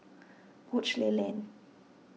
Woodleigh Lane